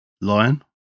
Lion